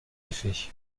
effet